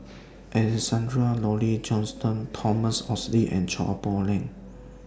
Alexander Laurie Johnston Thomas Oxley and Chua Poh Leng